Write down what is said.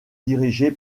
dirigé